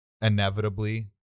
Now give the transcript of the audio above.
inevitably